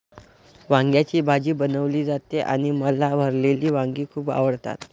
वांग्याची भाजी बनवली जाते आणि मला भरलेली वांगी खूप आवडतात